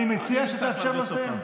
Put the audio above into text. אני מציע שתאפשר לו לסיים.